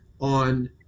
on